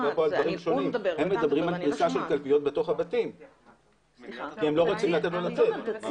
הם מדברים על קבוצה של קלפיות בתוך הבתים כי הם לא רוצים לתת לו לצאת.